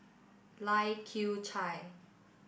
Lai Kew Chai